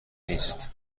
نیست